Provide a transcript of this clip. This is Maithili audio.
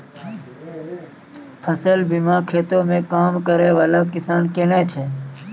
फसल बीमा खेतो मे काम करै बाला किसान किनै छै